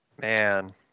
Man